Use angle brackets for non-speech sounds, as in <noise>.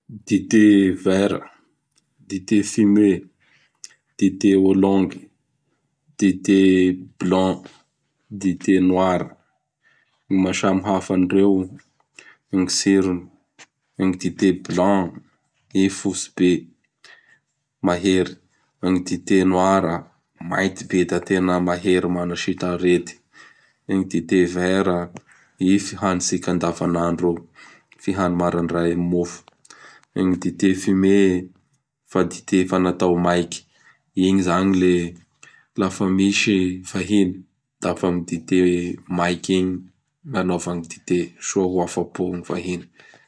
Dité vert, dité fumé, <noise> dité Ylang, dité blanc, <noise> dité noir. Ny maha samihafa an'ireo: ''gny tsirony". <noise> Ny dité blanc i fotsy be, mahery. Ny dité noir, mainty be da tena mahery, manasitra arety. <noise> Ny dité vert, i fihanitsika an-davanandro io, <noise> fihany marandray amin'ny mofo. <noise> Ny dité fumé, fa dité fa natao maiky, igny izany lafa misy gny vahiny da fa gny dité i dité maiky igny gn' anaova gny dité soa ho afa-po gny vahiny.